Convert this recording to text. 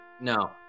No